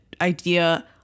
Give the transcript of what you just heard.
idea